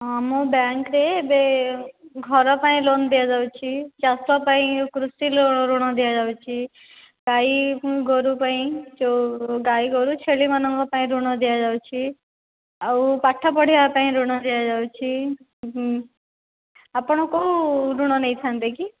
ହଁ ମୁଁ ବ୍ୟାଙ୍କ ରେ ଏବେ ଘର ପାଇଁ ଲୋନ ଦିଆଯାଉଛି ଚାଷ ପାଇଁ କୃଷି ଋଣ ଦିଆଯାଉଛି ଗାଈ ଗୋରୁ ପାଇଁ ଯେଉଁ ଗାଈ ଗୋରୁ ଛେଳି ମାନଙ୍କ ପାଇଁ ଋଣ ଦିଆ ଯାଉଛି ଆଉ ପାଠ ପଢ଼ିବା ପାଇଁ ଋଣ ଦିଆ ଯାଉଛି ହଁ ଆପଣ କେଉଁ ଋଣ ନେଇ ଥାନ୍ତେ କି